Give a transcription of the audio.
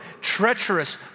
treacherous